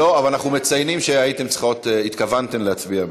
אבל אנחנו מציינים שהתכוונתן להצביע בעד.